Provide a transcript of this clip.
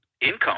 income